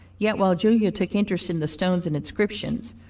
yet while julia took interest in the stones and inscriptions,